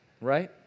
right